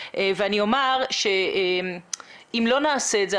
אני אומר שאם לא נעשה את זה,